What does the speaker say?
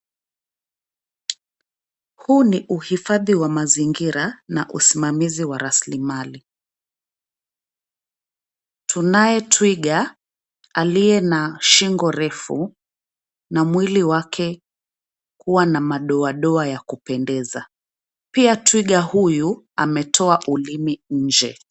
Huu ni uhifadhi wa mazingira na usimamizi wa rasilimali. Tunaye twiga aliye na shingo refu na mwili wake kuwa na madoadoa yakupendeza. Pia twiga huyu ametoa ulimi nje.